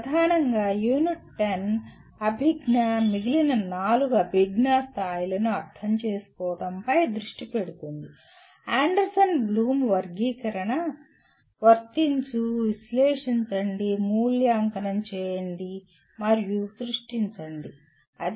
ప్రధానంగా యూనిట్ 10 అభిజ్ఞా మిగిలిన నాలుగు అభిజ్ఞా స్థాయిలను అర్థం చేసుకోవడంపై దృష్టి పెడుతుంది అండర్సన్ బ్లూమ్ వర్గీకరణ వర్తించుఅప్లై విశ్లేషించండిఅనలైజ్ మూల్యాంకనం చేయండిఏవాల్యుయెట్ మరియు సృష్టించండిక్రియేట్